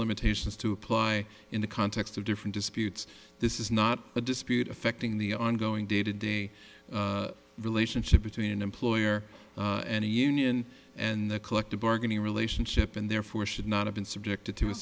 limitations to apply in the context of different disputes this is not a dispute affecting the ongoing day to day relationship between an employer and a union and the collective bargaining relationship and therefore should not have been